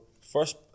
First